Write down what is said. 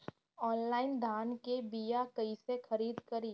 Online धान के बीया कइसे खरीद करी?